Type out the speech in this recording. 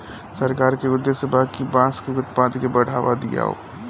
सरकार के उद्देश्य बा कि बांस के उत्पाद के बढ़ावा दियाव